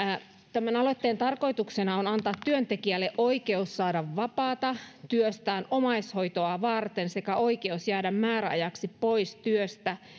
tämän aloitteen tarkoituksena on antaa työntekijälle oikeus saada vapaata työstään omaishoitoa varten sekä oikeus jäädä määräajaksi pois työstä